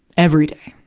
every day,